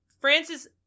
Francis